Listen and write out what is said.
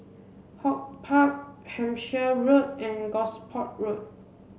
HortPark Hampshire Road and Gosport Road